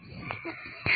જાણ્યું